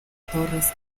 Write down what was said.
torres